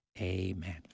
Amen